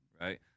right